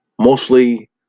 mostly